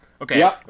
Okay